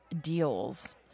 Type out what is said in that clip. deals